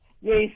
Yes